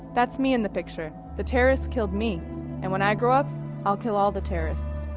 that's me in the picture, the terrorists killed me and when i grow up i'll kill all the terrorists.